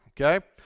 Okay